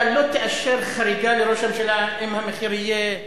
אתה לא תאשר חריגה לראש הממשלה אם המחיר יהיה